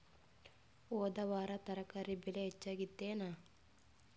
ಹೊದ ವಾರ ತರಕಾರಿ ಬೆಲೆ ಹೆಚ್ಚಾಗಿತ್ತೇನ?